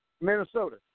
Minnesota